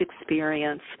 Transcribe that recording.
experience